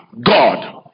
God